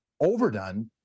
overdone